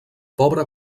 pobre